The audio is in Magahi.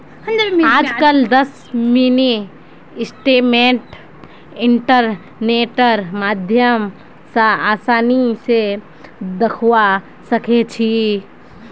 आजकल दस मिनी स्टेटमेंट इन्टरनेटेर माध्यम स आसानी स दखवा सखा छी